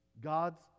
God's